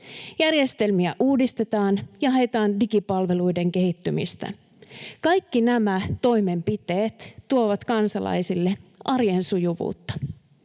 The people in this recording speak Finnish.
Järjestelmiä uudistetaan ja haetaan digipalveluiden kehittymistä. Kaikki nämä toimenpiteet tuovat kansalaisille arjen sujuvuutta.